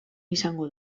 izango